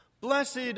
Blessed